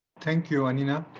thank you, aninia.